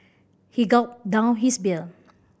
he gulped down his beer